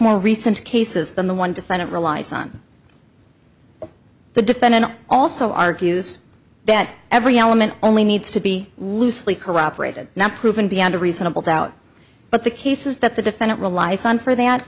more recent cases than the one defendant relies on the defendant also argues that every element only needs to be loosely corroborated not proven beyond a reasonable doubt but the cases that the defendant relies on for that